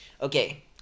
Okay